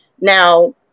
Now